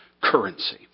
currency